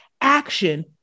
Action